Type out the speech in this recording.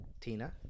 Tina